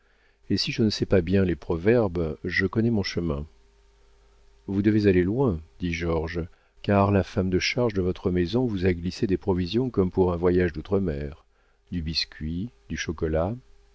proverbes si je ne sais pas bien les proverbes je connais mon chemin vous devez aller loin dit georges car la femme de charge de votre maison vous a glissé des provisions comme pour un voyage d'outre-mer du biscuit du chocolat